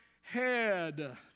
head